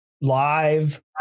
live